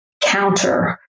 counter